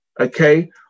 okay